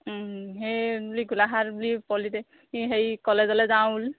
সেই বুলি গোলাঘাট বুলি পলিটেকনিক হেৰি কলেজলৈ যাওঁ বুলি